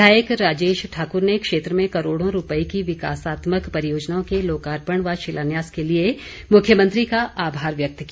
विधायक राजेश ठाकुर ने क्षेत्र में करोड़ों रूपए की विकासात्मक परियोजनाओं के लोकार्पण व शिलान्यास के लिए मुख्यमंत्री का आभार व्यक्त किया